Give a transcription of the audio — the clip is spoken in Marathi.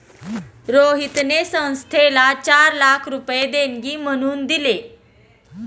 रोहितने संस्थेला चार लाख रुपये देणगी म्हणून दिले